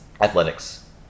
Athletics